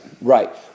right